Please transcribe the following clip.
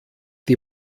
die